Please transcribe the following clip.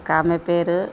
ఒక ఆమె పేరు